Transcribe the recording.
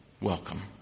Welcome